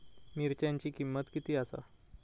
मिरच्यांची किंमत किती आसा?